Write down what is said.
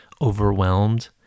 overwhelmed